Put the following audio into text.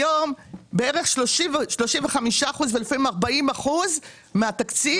היום בערך 35 אחוזים ולפעמים 40 אחוזים מהתקציב,